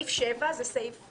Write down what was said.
אבל הכסף אצלך.